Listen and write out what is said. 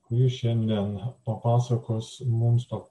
kuri šiandien papasakos mums to